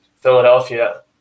Philadelphia